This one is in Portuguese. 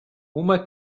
uma